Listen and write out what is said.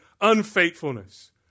unfaithfulness